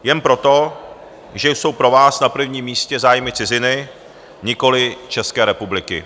Jen proto, že jsou pro vás na prvním místě zájmy ciziny, nikoli České republiky.